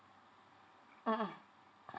mmhmm